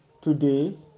today